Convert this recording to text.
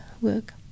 work